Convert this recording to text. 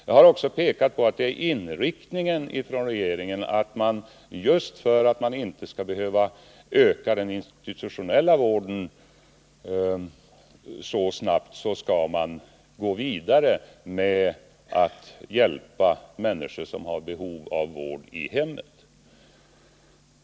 Jag har också pekat på att regeringens inriktning — just för att den institutionella vården inte skall behöva ökas så snabbt — är att bygga vidare på möjligheten att hjälpa människor, som har behov av vård, i hemmen.